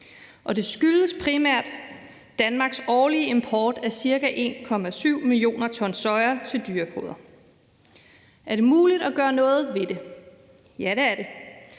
Det skyldes primært Danmarks årlige import af ca. 1,7 mio. t soja til dyrefoder. Er det muligt at gøre noget ved det? Ja, det er det.